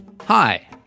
Hi